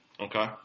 Okay